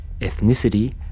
ethnicity